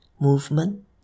movement